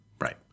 Right